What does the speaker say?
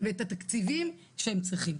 הטיפול שלנו במטופלים,